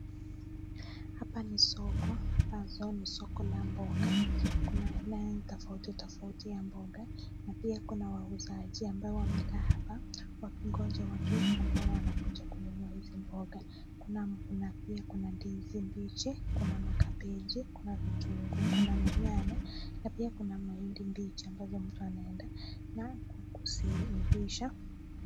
Hapa ni soko, ambako ni soko la mboga kuna aina tofautitofauti ya mboga na pia kuna wauzaji ambao wamekaa hapa wakingoja watu ambao wanakuja kununua hizi mboga, na pia kuna ndizi mbichi, kuna makabeji, kuna vitunguu, kuna manyanya ,na pia kuna mahindi mbichi ambayo mtu anaenda kuziivisha.